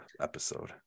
episode